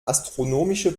astronomische